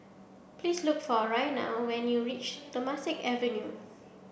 please look for Raina when you reach Temasek Avenue